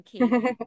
Okay